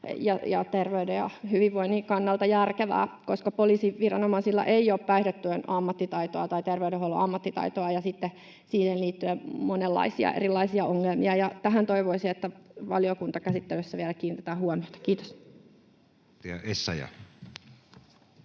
ja terveyden ja hyvinvoinnin kannalta järkevää, koska poliisiviranomaisilla ei ole päihdetyön ammattitaitoa tai terveydenhuollon ammattitaitoa, ja siihen liittyen on monenlaisia erilaisia ongelmia. Tähän toivoisin, että valiokuntakäsittelyssä vielä kiinnitetään huomiota. — Kiitos.